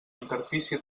interfície